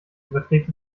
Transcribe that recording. überträgt